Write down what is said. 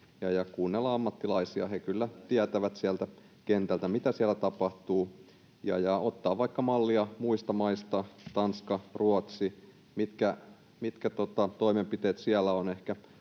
kuunnella ammattilaisia — he kyllä tietävät sieltä kentältä, mitä siellä tapahtuu — ja ottaa vaikka mallia muista maista, Tanskasta, Ruotsista, mitkä toimenpiteet siellä ovat ehkä